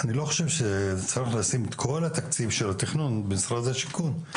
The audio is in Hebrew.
אני לא חושב שצריך לשים את כל התקציב של התכנון במשרד השיכון,